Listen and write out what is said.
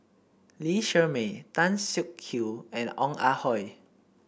Lee Shermay Tan Siak Kew and Ong Ah Hoi